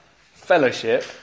fellowship